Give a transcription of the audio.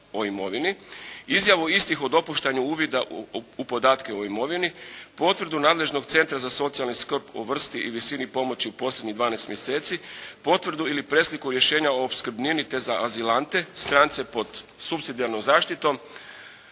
o imovini, izjavu istih o dopuštanju uvida u podatke o imovini, potvrdu nadležnog centra za socijalnu skrb o vrsti i visini pomoći u posljednjih dvanaest mjeseci, potvrdu ili presliku rješenja o opskrbnini te za azilante, strance pod supsidijarnom zaštitom,